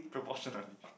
proportionately